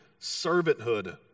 servanthood